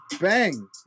Bang